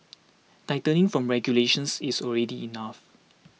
tightening from regulations is already enough